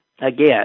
Again